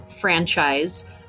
franchise